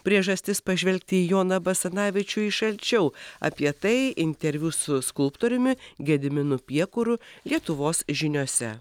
priežastis pažvelgti į joną basanavičių iš arčiau apie tai interviu su skulptoriumi gediminu piekuru lietuvos žiniose